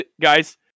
guys